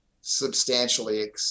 substantially